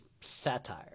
satire